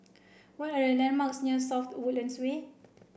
what are the landmarks near South Woodlands Way